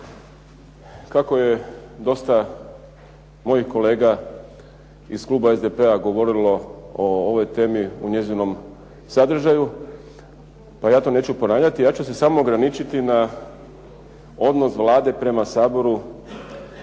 Kako je dosta mojih kolega iz kluba SDP-a govorilo o ovoj temi, o njezinom sadržaju, pa ja to neću ponavljati, ja ću se samo ograničiti na odnos Vlade prema Saboru